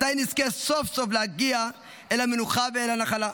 מתי נזכה סוף-סוף להגיע אל המנוחה ואל הנחלה?